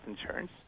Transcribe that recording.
insurance